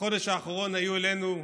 בחודש האחרון היו אלינו,